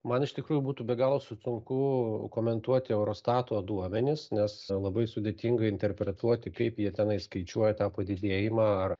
man iš tikrųjų būtų be galo sunku komentuoti eurostato duomenis nes labai sudėtinga interpretuoti kaip jie tenai skaičiuoja tą padidėjimą ar